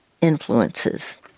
influences